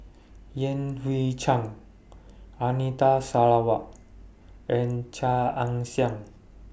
Yan Hui Chang Anita Sarawak and Chia Ann Siang